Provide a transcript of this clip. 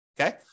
okay